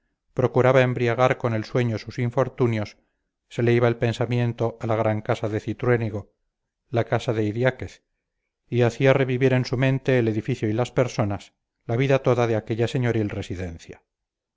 procuraba embriagar con el sueño sus infortunios se le iba el pensamiento a la gran casa de cintruénigo la casa de idiáquez y hacía revivir en su mente el edificio y las personas la vida toda de aquella señoril residencia